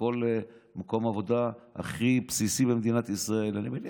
בכל מקום עבודה הכי בסיסי במדינת ישראל אני מניח